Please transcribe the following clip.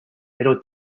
middle